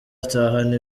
atahana